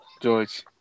George